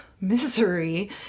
misery